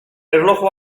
erloju